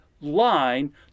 line